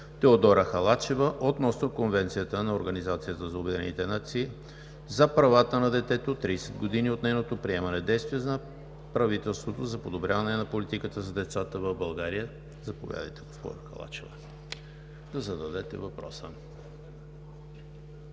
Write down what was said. Теодора Халачева относно Конвенцията на Организацията на обединените нации за правата детето – 30 години от нейното приемане, и действията на правителството за подобряване на политиката за децата в България. Заповядайте, госпожо Халачева, да зададете въпроса.